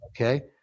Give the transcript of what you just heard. Okay